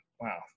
Wow